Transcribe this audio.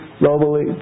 globally